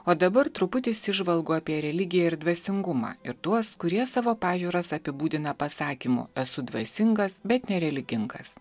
o dabar truputis įžvalgų apie religiją ir dvasingumą ir tuos kurie savo pažiūras apibūdina pasakymu esu dvasingas bet nereligingas